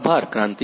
આભાર ક્રાંતિ